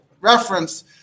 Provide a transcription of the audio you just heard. reference